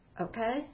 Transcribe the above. okay